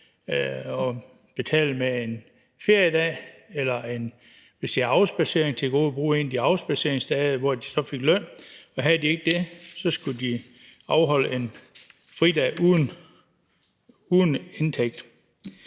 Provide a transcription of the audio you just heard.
at betale med 1 feriedag eller, hvis de havde afspadsering til gode, bruge 1 af de afspadseringsdage, hvor de så fik løn. Og havde de ikke det, skulle de afholde 1 fridag uden indtægt.